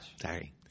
Sorry